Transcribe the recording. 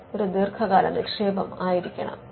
ഇത് ഒരു ദീർഘകാല നിക്ഷേപമായിരിക്കണം